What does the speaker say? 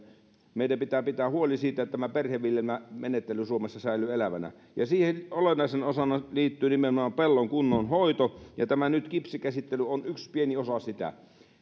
meidän pitää pitää huoli siitä että tämä perheviljelmämenettely suomessa säilyy elävänä siihen olennaisena osana liittyy nimenomaan pellon kunnon hoito ja tämä kipsikäsittely on yksi pieni osa sitä